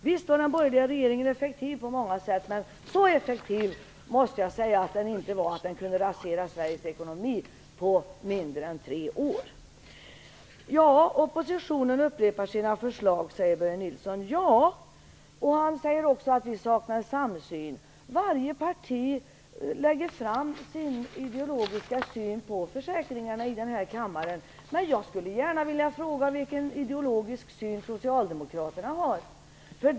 Visst var den borgerliga regeringen effektiv på många sätt, men så effektiv var den inte att den kunde rasera Sveriges ekonomi på mindre än tre år - det måste jag säga. Nilsson. Han sade också att vi i oppositionen saknar samsyn. Ja, varje parti lägger här i kammaren fram sin ideologiska syn på försäkringarna. Men jag skulle gärna vilja fråga vilken ideologisk syn socialdemokraterna har.